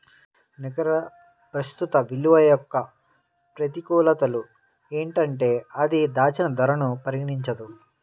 నికర ప్రస్తుత విలువ యొక్క ప్రతికూలతలు ఏంటంటే అది దాచిన ధరను పరిగణించదు